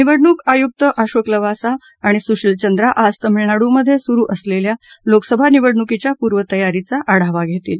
निवडणूक आयुक अशोक लवासा आणि सुशील चंद्रा आज तामिळनाडूमधे सुरु असलेल्या लोकसभा निवडणुकीच्या पूर्वतयारीचा आढावा घेतील